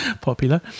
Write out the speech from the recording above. popular